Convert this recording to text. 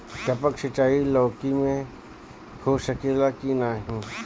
टपक सिंचाई लौकी में हो सकेला की नाही?